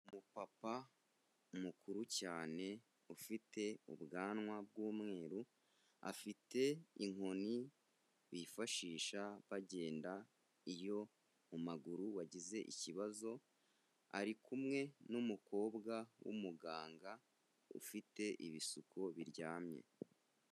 Umupapa mukuru cyane, ufite ubwanwa bw'umweru, afite inkoni bifashisha bagenda iyo mu maguru wagize ikibazo, ari kumwe n'umukobwa w'umuganga ufite ibisuko biryamye.